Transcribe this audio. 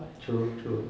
true true